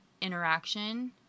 interaction